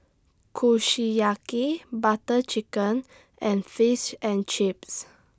Kushiyaki Butter Chicken and Fish and Chips